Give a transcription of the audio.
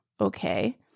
okay